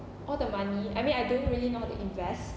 all the money I mean I don't really know how to invest